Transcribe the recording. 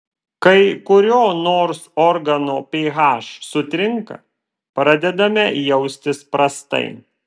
kai kurio nors organo ph sutrinka pradedame jaustis prastai